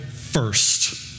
first